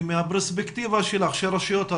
מהפרספקטיבה שלך, של רשויות הרווחה,